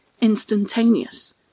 instantaneous